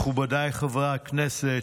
מכובדיי חברי הכנסת,